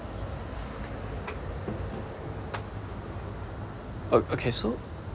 oh okay so